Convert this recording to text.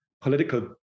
political